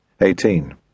Eighteen